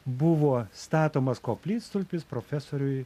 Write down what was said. buvo statomas koplytstulpis profesoriui